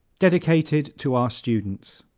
dedicated to our students